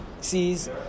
sees